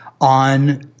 on